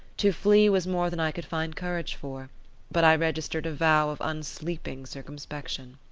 to flee was more than i could find courage for but i registered a vow of unsleeping circumspection.